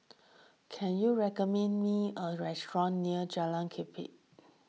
can you recommend me a restaurant near Jalan Kelichap